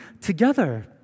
together